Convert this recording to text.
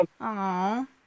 Aww